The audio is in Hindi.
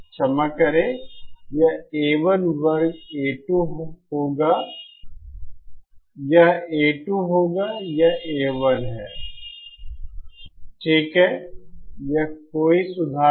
क्षमा करें यह A1 वर्ग A2 होगा यह A2 होगा यह A1 है ठीक है यह कोई सुधार नहीं है